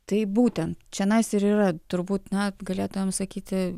tai būtent čionais ir yra turbūt na galėtumėm sakyti